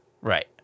Right